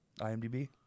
IMDb